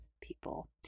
people